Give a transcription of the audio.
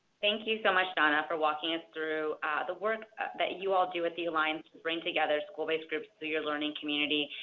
thank you so much donna for walking us and through the work that you all do at the alliance to bring together school-based groups through your learning community.